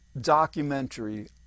documentary